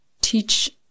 teach